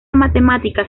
matemática